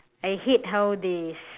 I hate how they